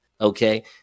okay